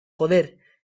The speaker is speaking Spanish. joder